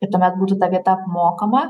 ir tuomet būtų ta vieta apmokama